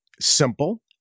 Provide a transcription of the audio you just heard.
simple